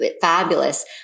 fabulous